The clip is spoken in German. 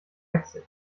geizig